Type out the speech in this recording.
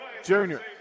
Junior